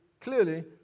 clearly